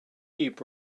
sheep